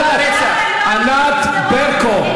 רצח, ענת ברקו.